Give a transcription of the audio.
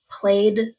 played